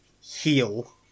heal